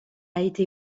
été